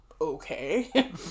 okay